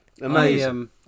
Amazing